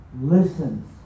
listens